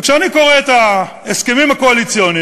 וכשאני קורא את ההסכמים הקואליציוניים,